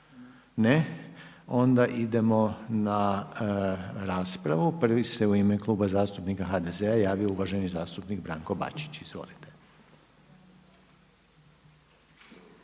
Ne. Onda idemo na raspravu, prvi se u ime Kluba zastupnika HDZ-a javio uvaženi zastupnik Branko Bačić. **Bačić,